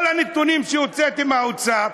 כל הנתונים שהוצאתם מהאוצר,